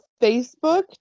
Facebook